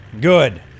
Good